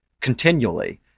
continually